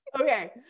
Okay